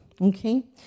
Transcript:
okay